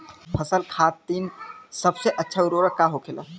फसल खातीन सबसे अच्छा उर्वरक का होखेला?